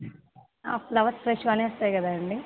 flowers ఫ్రెష్గానే వస్తాయి కదాండీ